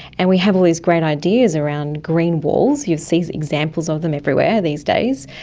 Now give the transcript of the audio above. and we have all these great ideas around green walls. you'll see examples of them everywhere these days.